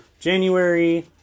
january